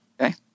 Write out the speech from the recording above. Okay